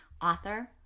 author